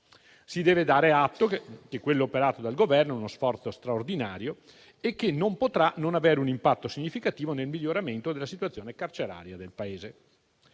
Si deve dare atto che quello operato dal Governo è uno sforzo straordinario che non potrà non avere un impatto significativo nel miglioramento della situazione carceraria del Paese.